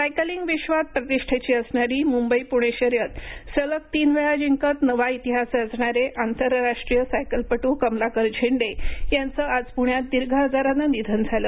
cycling विश्वात प्रतिष्ठेची असणारी मुंबई पुणे शर्यत सलग तीन वेळा जिंकत नवा इतिहास रचणारे आंतरराष्ट्रीय सायकल पटू कमलाकर झेंडे यांचे आज पुण्यात दीर्घ आजाराने निधन झाले